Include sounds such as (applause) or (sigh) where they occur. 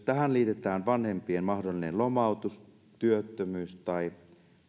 (unintelligible) tähän liitetään vanhempien mahdollinen lomautus työttömyys tai